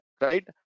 Right